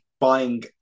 buying